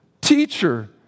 teacher